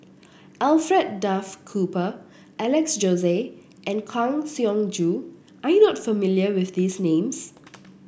Alfred Duff Cooper Alex Josey and Kang Siong Joo are you not familiar with these names